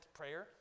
prayer